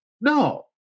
No